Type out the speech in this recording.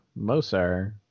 Mosar